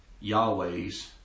Yahweh's